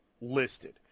listed